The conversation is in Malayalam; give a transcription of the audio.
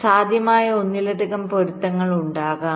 അതിനാൽ സാധ്യമായ ഒന്നിലധികം പൊരുത്തങ്ങൾ ഉണ്ടാകാം